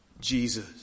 Jesus